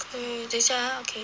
可以等一下 ah okay